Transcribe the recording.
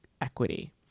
equity